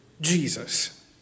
Jesus